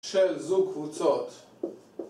של זוג קבוצות